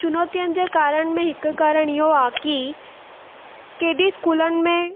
चुनौतियुनि जो कारण में हिकु कारणु इहो आहे की केॾी स्कूलनि में